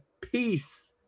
Peace